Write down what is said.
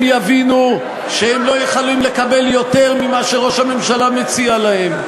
הם יבינו שהם לא יכולים לקבל יותר ממה שראש הממשלה מציע להם.